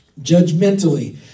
judgmentally